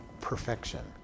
perfection